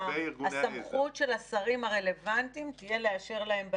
הסמכות של השרים הרלוונטיים תהיה לאשר להם בהתאמה.